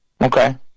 Okay